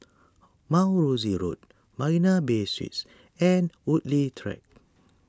Mount Rosie Road Marina Bay Suites and Woodleigh Track